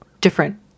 different